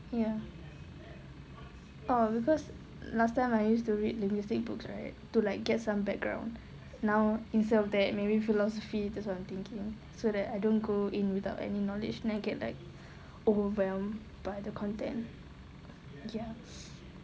ya oh because last time I used to read linguistic books right to like get some background now instead of that maybe philosophy that's what I'm thinking so that I don't go in without any knowledge then I get like overwhelmed by the content yes